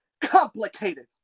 complicated